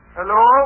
Hello